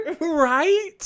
Right